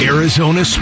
Arizona